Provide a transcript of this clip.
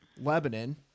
Lebanon